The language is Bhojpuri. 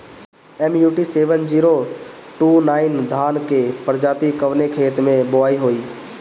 MUT seven zero two nine धान के प्रजाति कवने खेत मै बोआई होई?